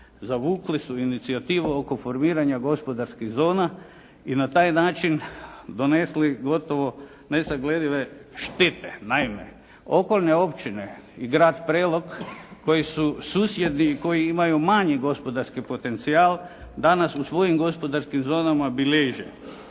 zavukli su inicijativu oko formiranja gospodarskih zona i na taj način donesli gotovo nesagledive štete. Naime, okolne općine i grad Prelog koji su susjedni i koji imaju manji gospodarski potencijal, danas u svojim gospodarskim zonama bilježe